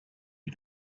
you